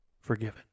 forgiven